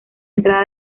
entrada